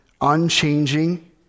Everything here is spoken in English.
unchanging